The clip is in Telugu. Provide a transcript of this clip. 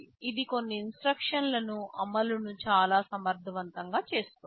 ఇది కొన్ని ఇన్స్ట్రక్షన్లు అమలును చాలా సమర్థవంతంగా చేస్తుంది